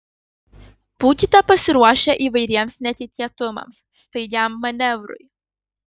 būkite pasiruošę įvairiems netikėtumams staigiam manevrui